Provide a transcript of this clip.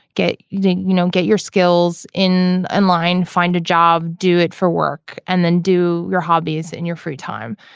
you think you don't get your skills in online find a job do it for work and then do your hobbies in your free time.